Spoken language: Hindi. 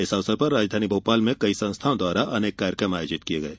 इस अवसर पर राजधानी भोपाल में कई संस्थाओं द्वारा अनेक कार्यकम आयोजित किये गये